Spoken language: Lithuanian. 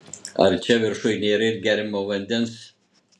ar čia viršuj nėra ir geriamo vandens